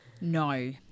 No